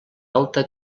alta